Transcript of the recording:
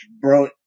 bro